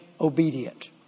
obedient